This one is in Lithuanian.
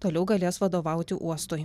toliau galės vadovauti uostui